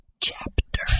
chapter